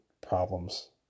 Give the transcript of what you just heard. problems